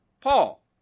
Paul